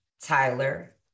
Tyler